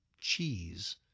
cheese